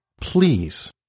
please